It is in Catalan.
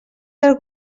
del